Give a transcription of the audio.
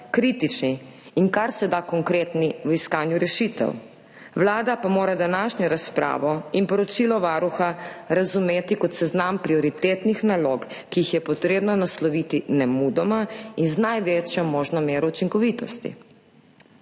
kritični in karseda konkretni v iskanju rešitev. Vlada pa mora današnjo razpravo in poročilo Varuha razumeti kot seznam prioritetnih nalog, ki jih je potrebno nasloviti nemudoma in z največjo možno mero učinkovitosti.